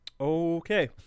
Okay